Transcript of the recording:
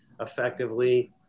effectively